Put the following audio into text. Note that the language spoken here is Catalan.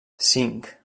cinc